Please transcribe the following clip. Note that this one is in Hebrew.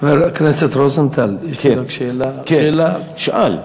חבר הכנסת רוזנטל, יש לי רק שאלה אמיתית.